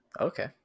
Okay